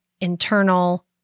internal